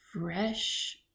fresh